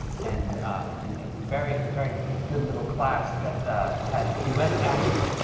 and and very very good little class that had duet acting.